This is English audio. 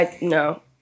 No